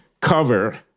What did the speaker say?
cover